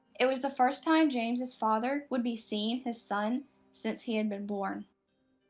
it was the first time james's father would be seeing his son since he had been born.